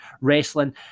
wrestling